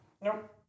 Nope